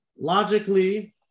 logically